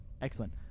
excellent